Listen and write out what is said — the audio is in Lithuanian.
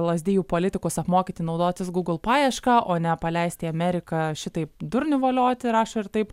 lazdijų politikus apmokyti naudotis gūgl paiešką o ne paleisti į ameriką šitaip durnių volioti rašo ir taip